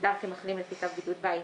מוגדר כמחלים לפי צו בידוד בית,